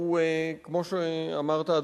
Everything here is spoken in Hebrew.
כפי שאמרת,